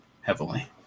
heavily